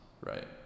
Right